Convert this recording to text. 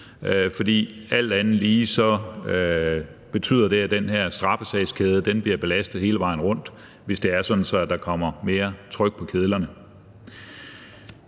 fordi det alt andet lige betyder, at den her straffesagskæde bliver belastet hele vejen rundt, hvis det er sådan, at der kommer mere tryk på kedlerne.